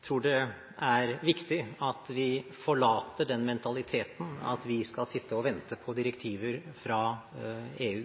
tror det er viktig at vi forlater den mentaliteten at vi skal sitte og vente på direktiver fra EU.